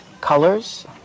colors